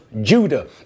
Judah